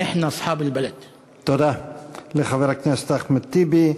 אנחנו בעלי הארץ.) תודה לחבר הכנסת אחמד טיבי.